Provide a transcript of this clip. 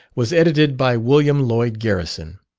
was edited by william lloyd garrison.